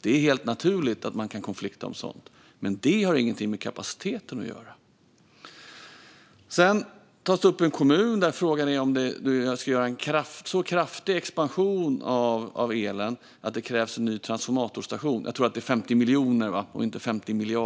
Det är helt naturligt att man kan ha en konflikt om någonting sådant, men det har ingenting med kapaciteten att göra. Vidare tas en kommun upp där frågan gäller om man ska göra en så kraftig expansion av elen att det krävs en ny transformatorstation. Jag tror för övrigt att det handlar om 50 miljoner och inte 50 miljarder.